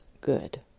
good